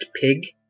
pig